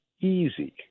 easy